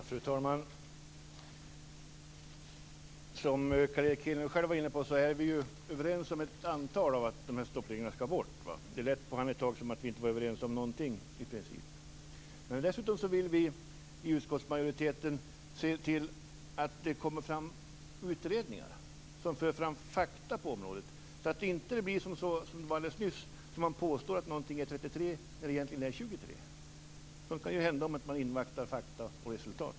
Fru talman! Som Carl Erik Hedlund själv var inne på är vi överens om att de här stoppreglerna ska bort. Ett tag lät det som om vi inte var överens om någonting i princip. Vi i utskottsmajoriteten vill dessutom se till att det kommer fram utredningar som för fram fakta på området så att det inte blir som alldeles nyss när man påstod att någonting var 33 när det egentligen var 23. Sådant kan ju hända om man inte inväntar fakta och resultat.